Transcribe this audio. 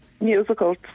Musicals